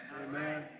Amen